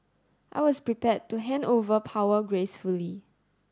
I was prepared to hand over power gracefully